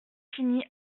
fini